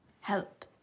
help